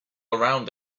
around